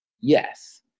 yes